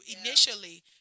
initially